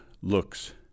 looks